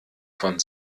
von